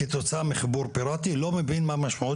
כתוצאה מחיבור פיראטי לא מבין מה המשמעות